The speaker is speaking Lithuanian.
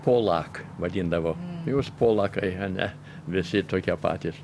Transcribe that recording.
polak vadindavo jūs polakai ane visi tokie patys